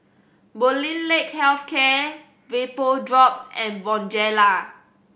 Molnylcke Health Care Vapodrops and Bonjela